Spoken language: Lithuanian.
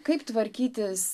kaip tvarkytis